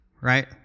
right